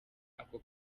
ako